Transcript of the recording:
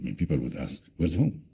people would ask, where's home?